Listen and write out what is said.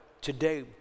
Today